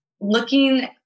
looking